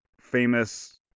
famous